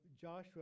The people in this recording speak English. Joshua